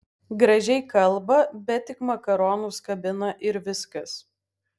gražiai kalba bet tik makaronus kabina ir viskas